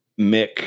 Mick